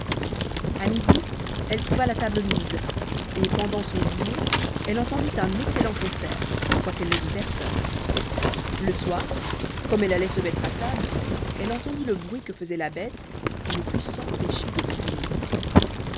à midi elle trouva la table mise et pendant son dîner elle entendit un excellent concert quoiqu'elle ne vît personne le soir comme elle allait se mettre à table elle entendit le bruit que faisait la bête et ne put s'empêcher de frémir